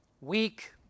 weak